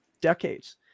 decades